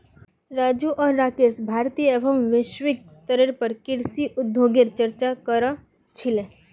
राजू आर राकेश भारतीय एवं वैश्विक स्तरेर पर कृषि उद्योगगेर चर्चा क र छीले